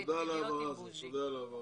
מצוין, תודה על ההבהרה הזאת.